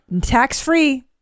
Tax-free